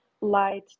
light